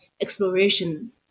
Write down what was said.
exploration